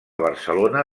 barcelona